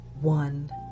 One